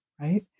right